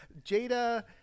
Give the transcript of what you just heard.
Jada